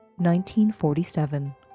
1947